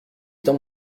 temps